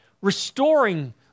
restoring